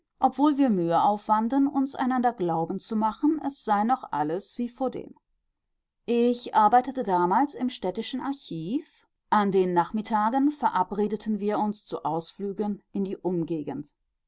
obwohl wir mühe aufwanden uns einander glauben zu machen es sei noch alles wie vordem ich arbeitete damals im städtischen archiv an den nachmittagen verabredeten wir uns zu ausflügen in die umgegend